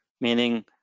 meaning